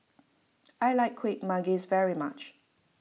I like Kueh Manggis very much